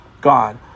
God